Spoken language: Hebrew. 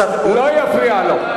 הוא לא יפריע לו.